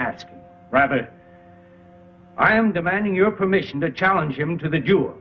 asked rather i am demanding your permission to challenge him to the